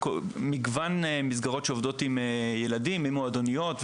מגוון מסגרות שעובדות עם ילדים מועדוניות,